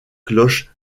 cloche